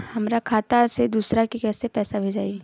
हमरा खाता से दूसरा में कैसे पैसा भेजाई?